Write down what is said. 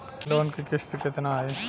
Loan क किस्त कितना आई?